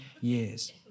years